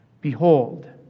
Behold